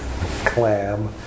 clam